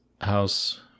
house